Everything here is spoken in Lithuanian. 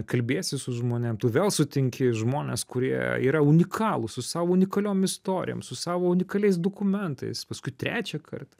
kalbiesi su žmonėm tu vėl sutinki žmones kurie yra unikalūs su savo unikaliom istorijom su savo unikaliais dokumentais paskui trečią kartą